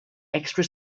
extra